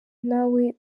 nawe